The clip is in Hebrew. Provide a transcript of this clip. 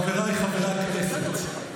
חבריי חברי הכנסת,